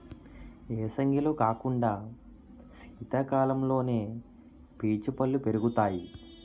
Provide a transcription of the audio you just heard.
ఏసంగిలో కాకుండా సీతకాలంలోనే పీచు పల్లు పెరుగుతాయి